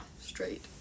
Straight